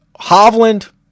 Hovland